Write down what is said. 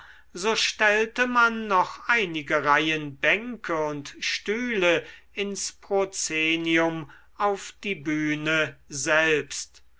so stellte man noch einige reihen bänke und stühle ins proszenium auf die bühne selbst